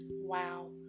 Wow